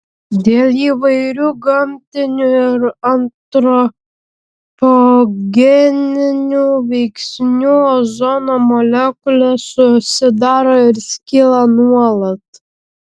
dėl įvairių gamtinių ir antropogeninių veiksnių ozono molekulės susidaro ir skyla nuolat